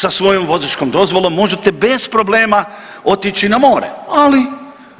Sa svojom vozačkom dozvolom možete bez problema otići na more, ali